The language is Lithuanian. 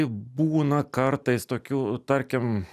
būna kartais tokių tarkim